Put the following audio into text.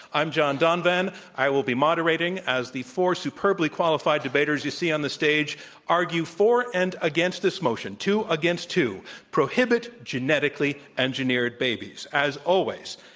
i'm john donvan. i will be moderating as the four superbly qualified debaters you see on the stage argue for and against this motion, two against two prohibit genetically engineered babies. as always,